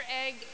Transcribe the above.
egg